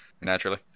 Naturally